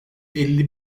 elli